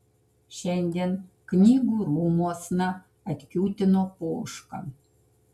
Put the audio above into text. šiandien knygų rūmuosna atkiūtino poška